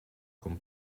con